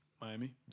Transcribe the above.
Miami